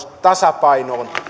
tasapainoon